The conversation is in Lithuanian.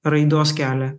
raidos kelią